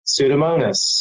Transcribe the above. Pseudomonas